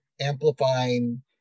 amplifying